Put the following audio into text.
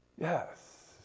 Yes